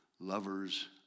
lovers